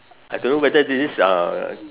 I don't know whether this is uh